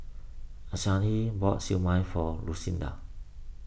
Anahi bought Siew Mai for Lucinda